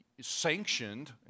sanctioned